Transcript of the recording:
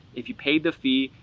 if you paid the fee,